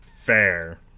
Fair